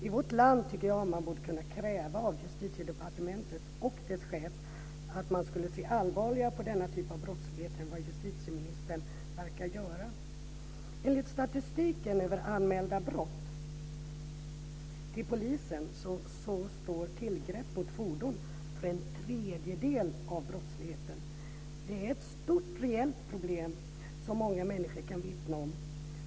I vårt land tycker jag att man borde kunna kräva att Justitiedepartementet och dess chef ser allvarligare på denna typ av brottslighet än vad justitieministern verkar göra. Enligt statistiken över brott som anmäls till polisen står tillgrepp av fordon för en tredjedel av brottsligheten. Det är ett stort reellt problem som många människor kan vittna om.